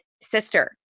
sister